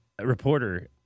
reporter